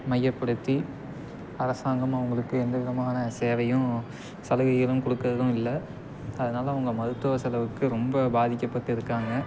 மையப்படுத்தி அரசாங்கமும் அவங்களுக்கு எந்த விதமான சேவையும் சலுகைகளும் கொடுக்கறதும் இல்லை அதனால் அவுங்க மருத்துவ செலவுக்கு ரொம்ப பாதிக்கப்பட்டு இருக்காங்க